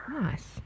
Nice